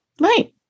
Right